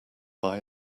buy